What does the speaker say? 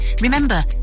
Remember